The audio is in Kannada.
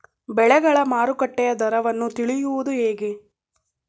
ಬೆಳೆಗಳ ಮಾರುಕಟ್ಟೆಯ ದರವನ್ನು ತಿಳಿಯುವುದು ಹೇಗೆ?